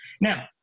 Now